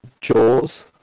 Jaws